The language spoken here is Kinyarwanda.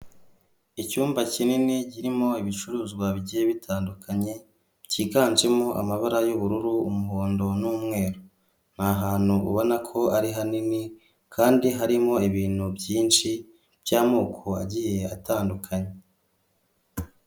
Icyumba kinini kirimo ibicuruzwa bigiye bitandukanye, byiganjemo amabara y'ubururu, umuhondo, n'umweru, ni ahantu ubona ko ari hanini kandi harimo ibintu byinshi by'amoko agiye atandukanye.